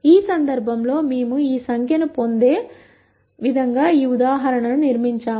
ఈ సందర్భంలో మేము ఈ సంఖ్యను పొందే విధంగా ఈ ఉదాహరణను నిర్మించాము